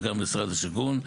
וגם משרד השיכון,